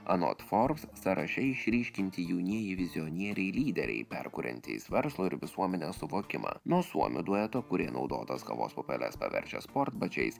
anot forbes sąraše išryškinti jaunieji vizionieriai lyderiai perkuriantys verslo ir visuomenės suvokimą nuo suomių dueto kurie naudotas kavos pupeles paverčia sportbačiais